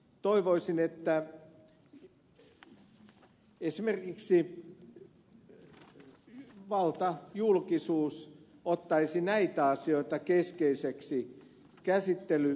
toivoisin että esimerkiksi valtajulkisuus ottaisi näitä asioita keskeisiksi käsittelykohteikseen